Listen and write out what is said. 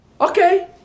Okay